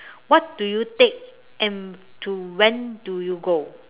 what do you take and to when do you go